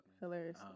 Hilarious